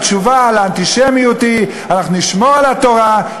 התשובה לאנטישמיות היא: אנחנו נשמור על התורה,